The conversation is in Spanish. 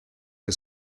que